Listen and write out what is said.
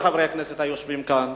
כל חברי הכנסת היושבים כאן.